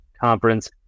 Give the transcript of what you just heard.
conference